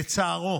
לצערו